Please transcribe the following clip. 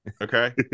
Okay